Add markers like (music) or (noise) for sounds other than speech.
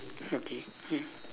okay (noise)